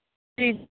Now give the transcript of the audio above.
جی